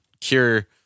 cure